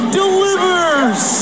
delivers